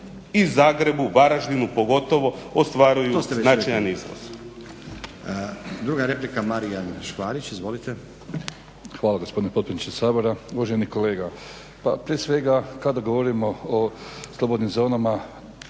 i Zagrebu, Varaždinu pogotovo, ostvaruju značajan iznos.